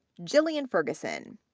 gillian ferguson,